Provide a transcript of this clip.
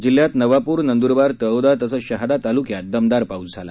जिल्ह्यात नवाप्र नंद्रबार तळोदा तसंच शहादा तालुक्यात दमदार पाउस झाला